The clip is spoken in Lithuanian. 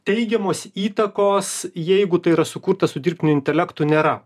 teigiamos įtakos jeigu tai yra sukurta su dirbtiniu intelektu nėra